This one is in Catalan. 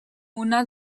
una